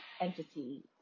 entity